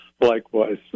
likewise